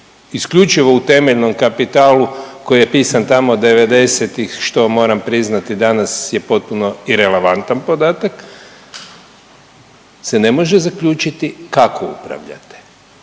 isključivo u temeljnom kapitalu koji je pisan tamo devedesetih što moram priznati danas je potpuno irelevantan podatak se ne može zaključiti kako upravljate,